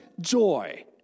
joy